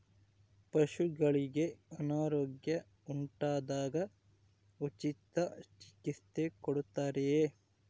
ಪಶುಗಳಿಗೆ ಅನಾರೋಗ್ಯ ಉಂಟಾದಾಗ ಉಚಿತ ಚಿಕಿತ್ಸೆ ಕೊಡುತ್ತಾರೆಯೇ?